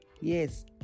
Yes